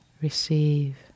receive